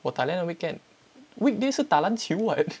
我打 LAN on weekend weekday 是打篮球 what